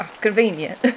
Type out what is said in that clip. Convenient